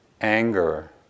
anger